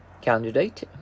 candidate